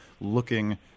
looking